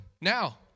now